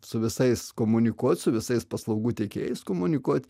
su visais komunikuot su visais paslaugų tiekėjais komunikuot